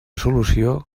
solució